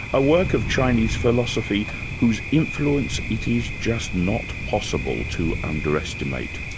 a work of chinese philosophy whose influence it is just not possible to underestimate.